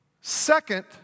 Second